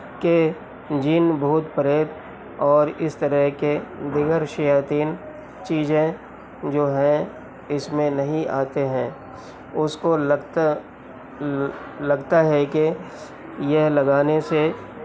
کہ جن بھوت پریت اور اس طرح کے دیگر شیاطین چیزیں جو ہیں اس میں نہیں آتے ہیں اس کو لگتا لگتا ہے کہ یہ لگانے سے